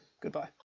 Goodbye